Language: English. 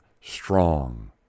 strong